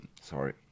sorry